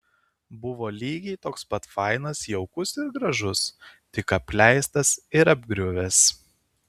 buvo lygiai toks pat fainas jaukus ir gražus tik apleistas ir apgriuvęs